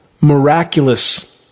miraculous